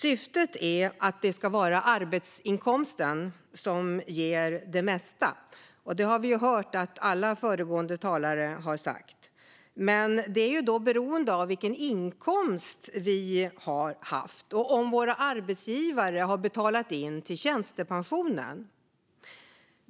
Syftet är att det ska vara arbetsinkomsten som ger det mesta, som vi hört alla föregående talare säga. Men det är då beroende av vilken inkomst vi har haft och om våra arbetsgivare har betalat in till tjänstepensionen.